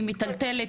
היא מטלטלת,